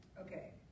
Okay